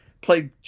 play